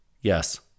Yes